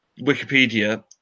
wikipedia